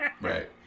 Right